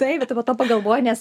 taip bet tu po to pagalvoji nes